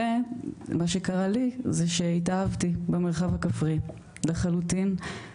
ומה שקרה לי זה שהתאהבתי במרחב הכפרי לחלוטין.